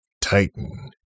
Titan